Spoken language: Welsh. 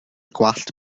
gwallt